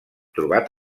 trobat